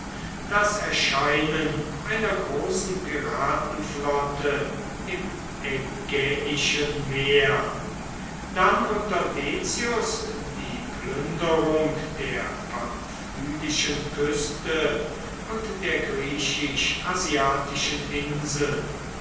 das erscheinen einer großen piratenflotte im ägäischen meer dann unter decius die plünderung der pamphylischen küste und der griechisch asiatischen inseln